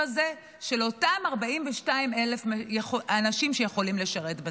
הזה של אותם 42,000 אנשים שיכולים לשרת בצבא?